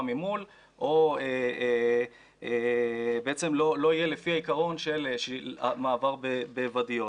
ממול או בעצם לא יהיה לפי העיקרון של מעבר בוואדיות.